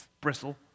bristle